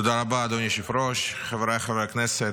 תודה רבה, אדוני היושב-ראש, חבריי חברי הכנסת,